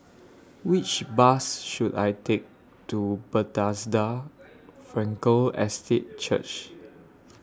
Which Bus should I Take to Bethesda Frankel Estate Church